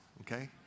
okay